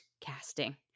casting